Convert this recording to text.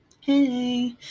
hey